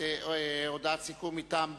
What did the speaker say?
הודעת סיכום מטעם בל"ד.